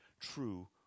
true